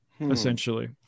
essentially